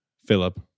Philip